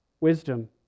wisdom